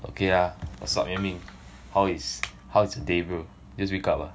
okay uh I'll start yan ming how is how's your day bro just wake up ah